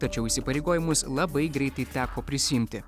tačiau įsipareigojimus labai greitai teko prisiimti